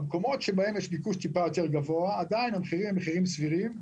במקומות שבהם יש ביקוש קצת יותר גדול עדיין המחירים סבירים.